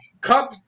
come